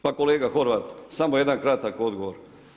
Pa kolega Horvat, samo jedan kratak odgovor.